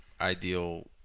ideal